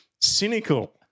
cynical